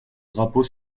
drapeau